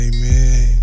Amen